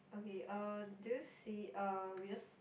okay um do you see um we just